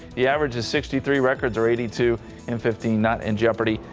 the average is sixty three records are eighty two in fifteen not in jeopardy.